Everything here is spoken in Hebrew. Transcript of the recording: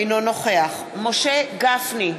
אינו נוכח משה גפני,